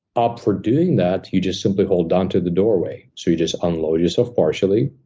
up for doing that, you just simply hold onto the doorway. so you just unload your self partially.